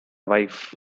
wife